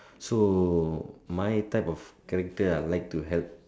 so my type of character I like to help